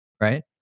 right